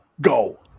Go